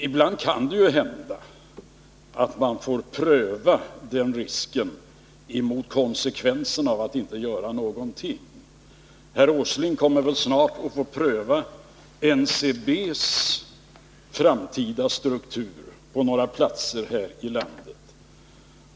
Ja, ibland kan det ju hända att man får pröva den risken emot konsekvensen av att inte göra någonting. Herr Åsling kommer väl snart att få pröva NCB:s framtida struktur på några platser här i landet.